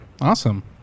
Awesome